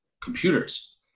computers